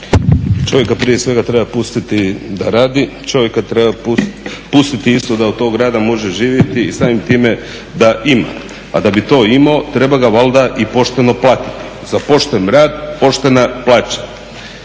Čovjeka prije svega treba pustiti da radi, čovjeka treba pustiti isto da od tog rada može živjeti i samim time da ima. A da bi to imao treba ga valjda i pošteno platiti. Za pošten rad, poštena plaća.